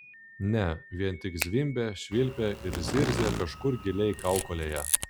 ne vien tik zvimbė švilpė ir zirzė kažkur giliai kaukolėje